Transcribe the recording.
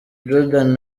jordan